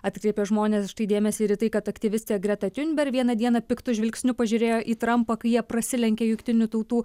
atkreipė žmonės štai dėmesį ir į tai kad aktyvistė greta tiunber vieną dieną piktu žvilgsniu pažiūrėjo į trampą kai jie prasilenkė jungtinių tautų